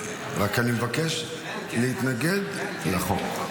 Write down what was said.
רק מבקש להתנגד לחוק.